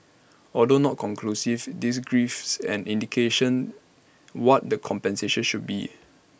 although not conclusive this grives an indication what the compensation should be